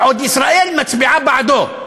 ועוד ישראל מצביעה בעדו.